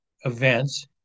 events